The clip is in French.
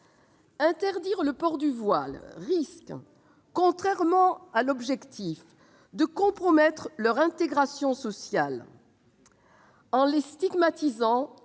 Interdire le port du voile risque, à l'opposé de l'objectif visé, de compromettre leur intégration sociale. En les stigmatisant,